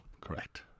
Correct